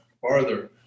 farther